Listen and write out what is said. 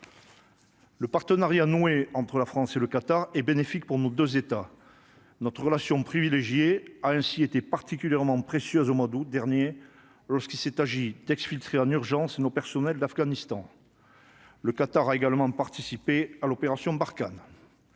Le partenariat noué entre la France et le Qatar et bénéfique pour nos 2 États notre relation privilégiée, a ainsi été particulièrement précieux au mois d'août dernier, lorsqu'il s'est agi texte filtrer en urgence nos personnels de l'Afghanistan. Le Qatar a également participé à l'opération Barkhane.